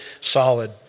solid